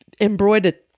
embroidered